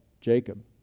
Jacob